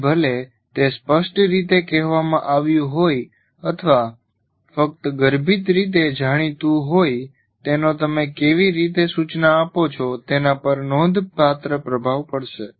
પછી ભલે તે સ્પષ્ટ રીતે કહેવામાં આવ્યું હોય અથવા ફક્ત ગર્ભિત રીતે જાણીતું હોય તેનો તમે કેવી રીતે સૂચના આપો છો તેના પર નોંધપાત્ર પ્રભાવ પડશે